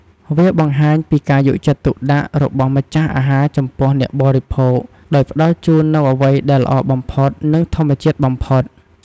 វាបង្ហាញពី ការយកចិត្តទុកដាក់ របស់ម្ចាស់អាហារចំពោះអ្នកបរិភោគ ដោយផ្តល់ជូននូវអ្វីដែលល្អបំផុត និងធម្មជាតិបំផុត។